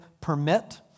permit